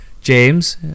James